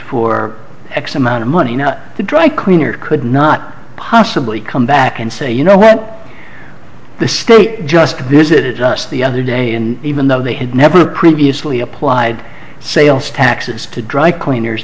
for x amount of money not the dry cleaner could not possibly come back and say you know what the state just visited just the other day and even though they had never previously applied sales taxes to dry cleaners